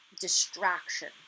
distraction